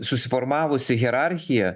susiformavusi hierarchija